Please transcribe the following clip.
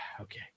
okay